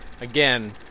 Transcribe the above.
again